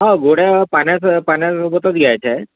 हा गोळ्या पाण्यास पाण्यासोबतच घ्यायचा आहे